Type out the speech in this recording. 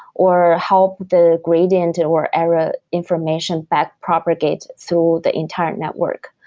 or help the gradient, and or error information fact propagate through the entire network.